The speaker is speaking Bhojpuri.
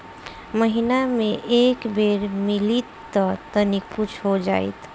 महीना मे एक बेर मिलीत त तनि कुछ हो जाइत